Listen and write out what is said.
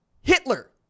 Hitler